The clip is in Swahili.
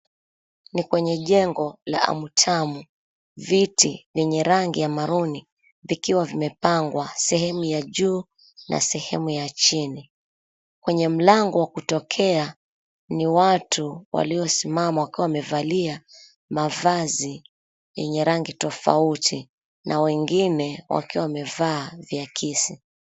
Ni kwenye jengo la Amutamu. Viti vyenye rangi ya maroon vikiwa vimepangwa sehemu ya juu na sehemu ya chini. Kwenye mlango wa kutokea, ni watu waliosimama wakiwa wamevalia mavazi yenye rangi tofauti na wengine wakiwa wamevaa viakisi.